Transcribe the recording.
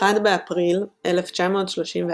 ב-1 באפריל 1934